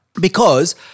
Because-